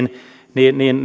niin niin